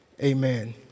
Amen